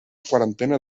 quarantena